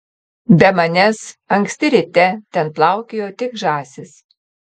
be manęs anksti ryte ten plaukiojo tik žąsys